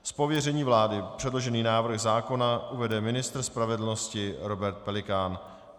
Z pověření vlády předložený návrh zákona uvede ministr spravedlnosti Robert Pelikán.